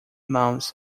months